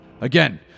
Again